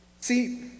See